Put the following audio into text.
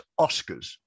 Oscars